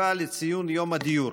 10694,